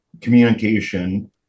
communication